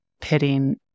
pitting